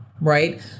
Right